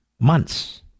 Months